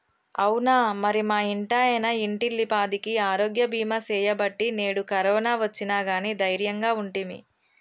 అవునా మరి మా ఇంటాయన ఇంటిల్లిపాదికి ఆరోగ్య బీమా సేయబట్టి నేడు కరోనా ఒచ్చిన గానీ దైర్యంగా ఉంటిమి